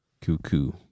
Cuckoo